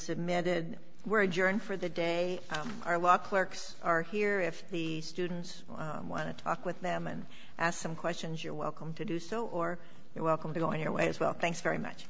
submitted where adjourn for the day our law clerks are here if the students want to talk with them and ask them questions you're welcome to do so or they're welcome to go on your way as well thanks very much